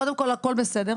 קודם כול, הכול בסדר.